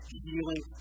healing